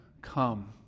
come